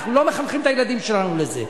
אנחנו לא מחנכים את הילדים שלנו לזה.